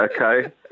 Okay